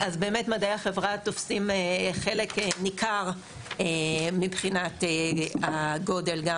אז באמת מדעי החברה תופסים חלק ניכר מבחינת הגודל גם